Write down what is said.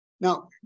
Now